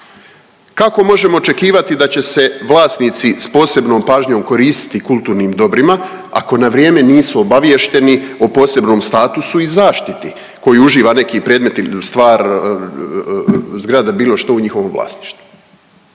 Kako možemo očekivati da će se vlasnici s posebnom pažnjom koristiti kulturnim dobrima ako na vrijeme nisu obaviješteni o posebnom statusu i zaštiti koji uživa neki predmet ili stvar, zgrada ili bilo što u njihovom vlasništvu?